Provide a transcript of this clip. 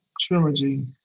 trilogy